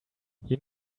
you